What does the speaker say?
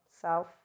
self